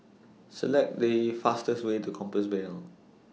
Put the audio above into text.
Select The fastest Way to Compassvale